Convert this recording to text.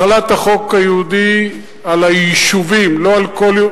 החלת החוק היהודי על היישובים, לא על כל,